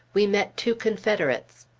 we met two confederates.